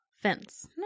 fence